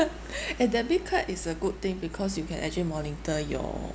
eh debit card is a good thing because you can actually monitor your